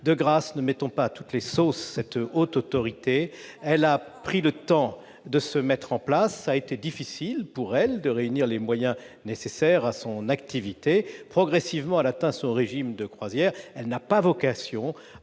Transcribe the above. De grâce, ne mettons pas cette Haute Autorité à toutes les sauces ! Elle a pris le temps de se mettre en place, il a été difficile pour elle de réunir les moyens nécessaires à son activité. Progressivement, elle atteint son régime de croisière. Elle n'a donc pas vocation